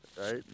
Right